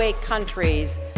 countries